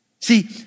See